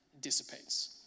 dissipates